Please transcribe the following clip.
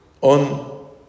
on